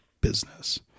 business